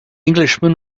englishman